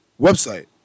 website